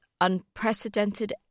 unprecedented